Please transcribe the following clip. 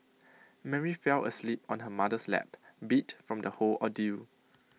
Mary fell asleep on her mother's lap beat from the whole ordeal